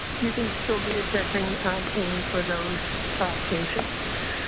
you can still be assessing pain for those patients.